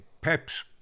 Pep's